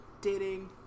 dating